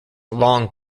long